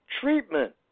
treatment